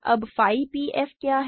अब phi p f क्या है